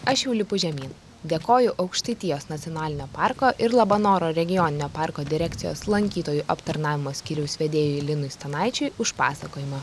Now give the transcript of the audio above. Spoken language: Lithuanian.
aš jau lipu žemyn dėkoju aukštaitijos nacionalinio parko ir labanoro regioninio parko direkcijos lankytojų aptarnavimo skyriaus vedėjui linui stanaičiui už pasakojimą